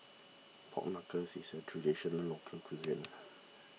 Pork Knuckle is a Traditional Local Cuisine